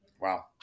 Wow